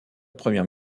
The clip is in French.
première